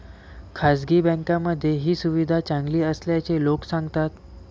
खासगी बँकांमध्ये ही सुविधा चांगली असल्याचे लोक सांगतात